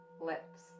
lips